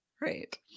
right